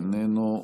איננו,